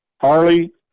Harley